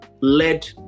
led